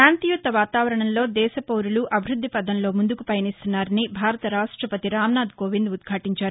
శాంతియుత వాతావరణంలో దేశ పౌరులు అభివృద్ది పధంలో ముందుకు పయనిస్తున్నారని భారత రాష్టపతి రామ్నాథ్కోవింద్ ఉద్భాటించారు